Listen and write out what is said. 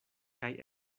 kaj